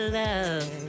love